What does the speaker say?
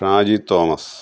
Shaji Thomas